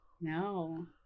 No